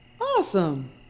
Awesome